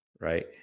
Right